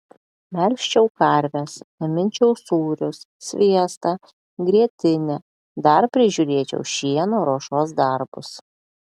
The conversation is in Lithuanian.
melžčiau karves gaminčiau sūrius sviestą grietinę dar prižiūrėčiau šieno ruošos darbus